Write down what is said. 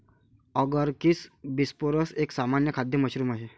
Agaricus bisporus एक सामान्य खाद्य मशरूम आहे